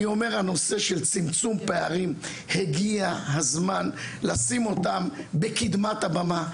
אני אומר הנושא של צמצום פערים הגיע הזמן לשים אותם בקדמת הבמה,